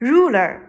Ruler，